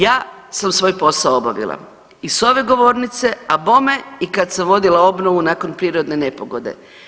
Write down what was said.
Ja sam svoj posao obavila i s ove govornice, a bome i kad sam vodila obnovu nakon prirodne nepogode.